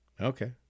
Okay